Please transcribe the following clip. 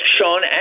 Sean